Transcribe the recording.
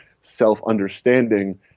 self-understanding